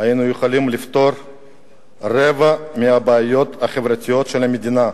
היינו יכולים לפתור רבע מהבעיות החברתיות של המדינה.